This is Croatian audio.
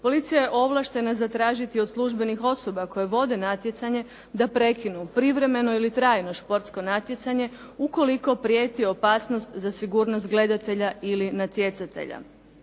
Policija je ovlaštena zatražiti od službenih osoba koje vode natjecanje da prekinu privremeno ili trajno športsko natjecanje ukoliko prijeti opasnost za sigurnost gledatelja ili natjecatelja.